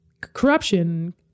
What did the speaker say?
corruption